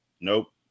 nope